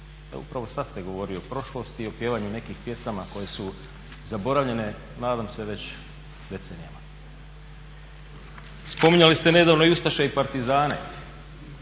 upravo sada ste govorili o prošlosti i o pjevanju nekih pjesama koje su zaboravljene, nadam se već decenijama. Spominjali ste nedavno i ustaše i partizane,